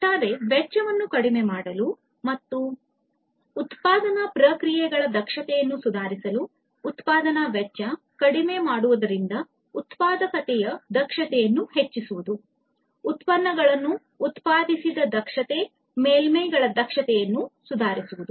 ಒಟ್ಟಾರೆ ವೆಚ್ಚವನ್ನು ಕಡಿಮೆ ಮಾಡಲು ಮತ್ತು ಉತ್ಪಾದನಾ ಪ್ರಕ್ರಿಯೆಗಳ ದಕ್ಷತೆಯನ್ನು ಸುಧಾರಿಸಲು ಉತ್ಪಾದನಾ ವೆಚ್ಚ ಕಡಿಮೆ ಮಾಡುವುದರಿಂದ ಉತ್ಪಾದಕತೆಯ ದಕ್ಷತೆಯನ್ನು ಹೆಚ್ಚಿಸುವುದು ಉತ್ಪನ್ನಗಳನ್ನು ಉತ್ಪಾದಿಸದ ದಕ್ಷತೆ ಮೇಲ್ಮೈಗಳ ದಕ್ಷತೆಯನ್ನು ಸುಧಾರಿಸುವುದು